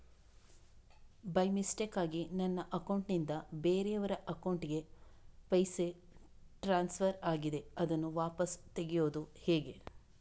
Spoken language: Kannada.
ಬೈ ಮಿಸ್ಟೇಕಾಗಿ ನನ್ನ ಅಕೌಂಟ್ ನಿಂದ ಬೇರೆಯವರ ಅಕೌಂಟ್ ಗೆ ಪೈಸೆ ಟ್ರಾನ್ಸ್ಫರ್ ಆಗಿದೆ ಅದನ್ನು ವಾಪಸ್ ತೆಗೆಯೂದು ಹೇಗೆ?